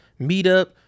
meetup